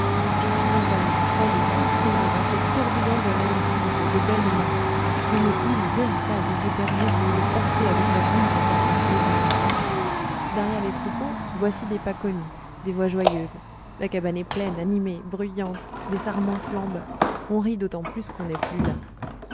je suis envahi frôlé confondu dans ce tourbillon de laines frisées de bêlements une houle véritable où les bergers semblent portés avec leur ombre par des flots bondissants derrière les troupeaux voici des pas connus des voix joyeuses la cabane est pleine animée bruyante les sarments flambent on rit d'autant plus qu'on est plus las